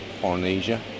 Polynesia